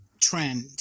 trend